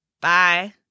Bye